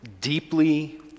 deeply